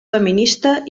feminista